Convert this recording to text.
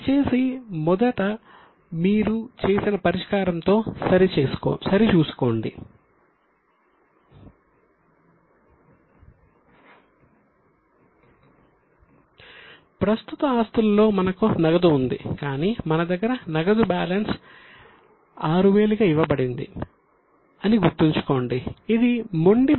దయచేసి మొదట మీరు చేసిన పరిష్కారం తో సరి చూసుకోండి